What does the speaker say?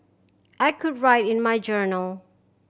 I could write in my journal